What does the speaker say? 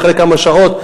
אחרי כמה שעות,